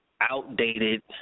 outdated